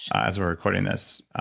as we're recording this,